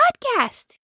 podcast